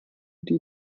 die